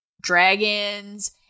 dragons